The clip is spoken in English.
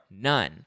none